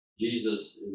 Jesus